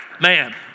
Man